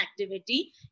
activity